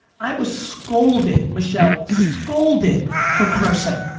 i was scolded, michelle, scolded for cursing.